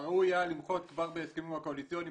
ראוי היה למחות כבר בהסכמים הקואליציוניים